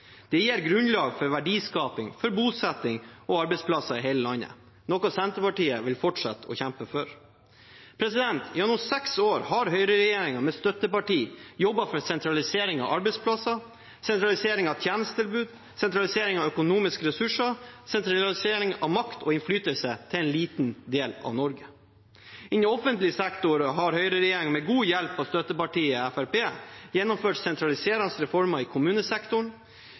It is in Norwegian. Det gir grunnlag for verdiskaping, bosetting og arbeidsplasser i hele landet, noe Senterpartiet vil fortsette å kjempe for. Gjennom seks år har høyreregjeringen med støtteparti jobbet for sentralisering av arbeidsplasser, sentralisering av tjenestetilbud, sentralisering av økonomiske ressurser og sentralisering av makt og innflytelse til en liten del av Norge. Innen offentlig sektor har høyreregjeringen med god hjelp av støttepartiet Fremskrittspartiet gjennomført sentraliserende reformer i kommunesektoren,